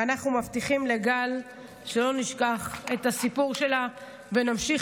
ואנחנו מבטיחים לגל שלא נשכח את הסיפור שלה ונמשיך